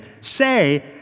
say